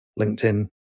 linkedin